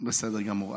בסדר גמור.